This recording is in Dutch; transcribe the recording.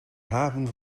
haven